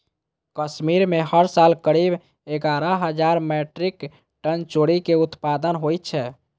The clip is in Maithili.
कश्मीर मे हर साल करीब एगारह हजार मीट्रिक टन चेरी के उत्पादन होइ छै